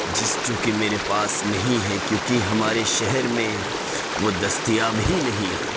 جس جو کہ میرے پاس نہیں ہیں کیوں کہ ہمارے شہر میں وہ دستیاب ہی نہیں ہیں